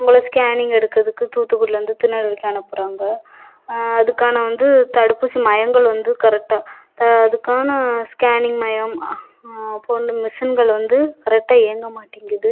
உங்கள ஸ்கேனிங் எடுக்குறதுக்கு தூத்துக்குடியிலேர்ந்து திருநெல்வேலிக்கு அனுப்புறாங்க அதுக்கான வந்து தடுப்பூசி மையங்கள் வந்து கரெக்டாக அதற்கான ஸ்கேனிங் மையம் மெஷின்கள் வந்து கரெக்டாக இயங்க மாட்டேங்குது